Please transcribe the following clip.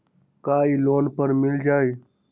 का इ लोन पर मिल जाइ?